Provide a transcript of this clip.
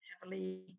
heavily